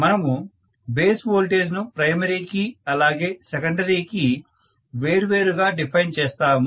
మనము base voltage ను primary కి అలాగే సెకండరీ కి వేర్వేరుగా డిఫైన్ చేస్తాము